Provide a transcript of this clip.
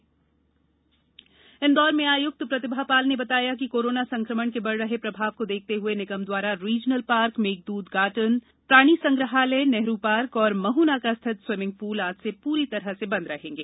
Indore corona Indore में आयुक्त सुश्री प्रतिभा पाल ने बताया कि कोरोना संक्रमण के बढ़ रहे प्रभाव को देखते हुए निगम द्वारा रीजनल पार्क मेघद्त गार्डन प्राणी संग्रहालय नेहरू पार्क और महू नाका स्थित स्विमिंग पूल आज से पूर्ण रूप से बंद रहेंगे